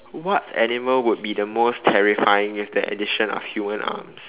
what animal would be the most terrifying with the addition of human arms